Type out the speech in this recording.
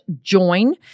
join